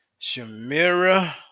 Shamira